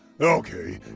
Okay